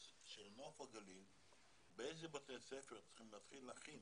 של ה-200 זוגות בשנה.